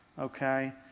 Okay